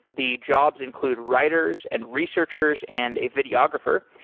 the jobs include writers and researchers and a videographer.